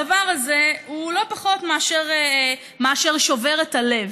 הדבר הזה הוא לא פחות מאשר שובר את הלב,